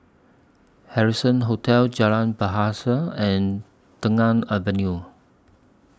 Harrison Hotel Jalan Bahasa and Tengah Avenue